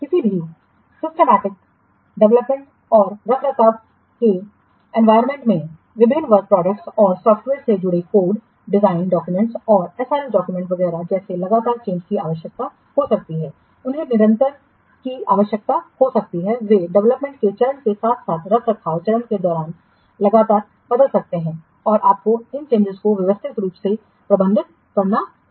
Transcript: किसी भी व्यवस्थितसिस्टमैटिक डेवलपमेंट और रखरखाव के एनवायरनमेंट में विभिन्न वर्क प्रोडक्टस को सॉफ़्टवेयर से जुड़े कोड डिज़ाइन डाक्यूमेंट्स और SRS डाक्यूमेंट्स वगैरह जैसे लगातार चेंजकी आवश्यकता हो सकती है उन्हें निरंतर की आवश्यकता हो सकती है वे डेवलपमेंट के चरण के साथ साथ रखरखाव चरण के दौरान लगातार बदल सकते हैं और आपको इन चेंजिंस को व्यवस्थित रूप से प्रबंधित करना होगा